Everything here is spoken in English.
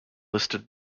listed